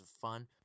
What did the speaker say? fun